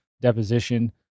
deposition